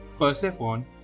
Persephone